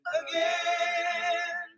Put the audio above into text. again